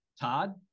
Todd